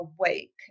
awake